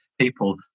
people